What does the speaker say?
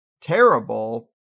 terrible